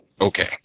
Okay